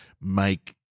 make